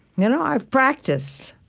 you know i've practiced,